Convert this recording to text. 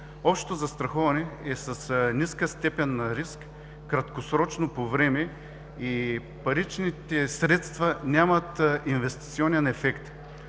Общото застраховане е с ниска степен на риск, краткосрочно по време и паричните средства нямат инвестиционен ефект.